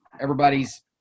Everybody's